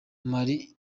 mali